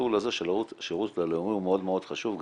שהמסלול הזה של שירות לאומי הוא מאוד מאוד חשוב,